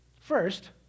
First